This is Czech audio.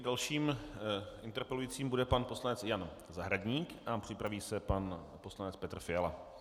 Dalším interpelujícím bude pan poslanec Jan Zahradník a připraví se pan poslanec Petr Fiala.